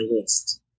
list